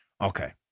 Okay